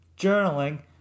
journaling